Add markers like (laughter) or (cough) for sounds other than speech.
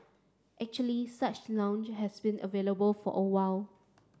actually such lounge have been available for a while (noise)